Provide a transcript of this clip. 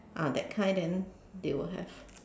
ah that kind then they will have